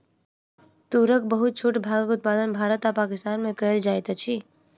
तूरक बहुत छोट भागक उत्पादन भारत आ पाकिस्तान में कएल जाइत अछि